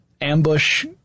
ambush